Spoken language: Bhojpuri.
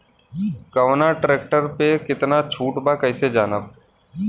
कवना ट्रेक्टर पर कितना छूट बा कैसे जानब?